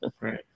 Right